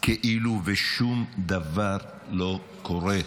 כאילו שום דבר לא קורה.